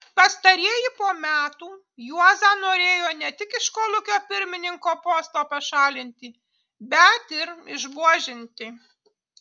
pastarieji po metų juozą norėjo ne tik iš kolūkio pirmininko posto pašalinti bet ir išbuožinti